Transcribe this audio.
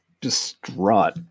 distraught